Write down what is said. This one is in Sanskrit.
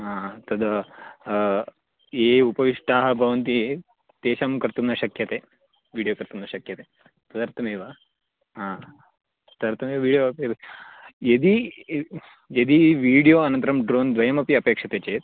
तत् ये उपविष्टाः भवन्ति तेषां कर्तुं न शक्यते वीडयो कर्तुं न शक्यते तदर्थमेव तदर्थमेव वीडियो अपि यदि वीडियो अनन्तरं ड्रोन् द्वयमपि अपेक्षते चेत्